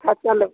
हाँ चलो